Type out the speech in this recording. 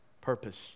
purpose